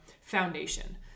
foundation